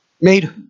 made